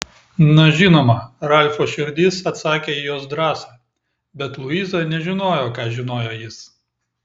na žinoma ralfo širdis atsakė į jos drąsą bet luiza nežinojo ką žinojo jis